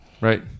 Right